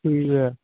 ਠੀਕ ਹੈ